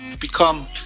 become